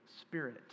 Spirit